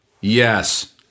Yes